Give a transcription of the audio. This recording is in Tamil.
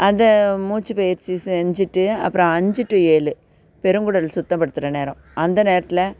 அதை மூச்சு பயிற்சி செஞ்சுட்டு அப்புறம் அஞ்சு டூ ஏழு பெருங்குடல் சுத்தப்படுத்துகிற நேரம் அந்த நேரத்தில்